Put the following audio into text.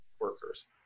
workers